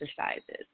exercises